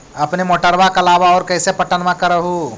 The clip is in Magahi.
अपने मोटरबा के अलाबा और कैसे पट्टनमा कर हू?